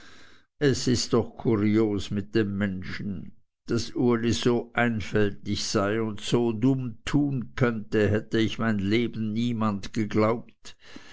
es ist doch kurios mit dem menschen daß uli so einfältig sei und so dumm tun könnte hätte ich mein lebtag niemand geglaubt